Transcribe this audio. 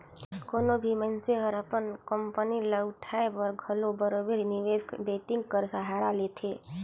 कोनो भी मइनसे हर अपन कंपनी ल उठाए बर घलो बरोबेर निवेस बैंकिंग कर सहारा लेथे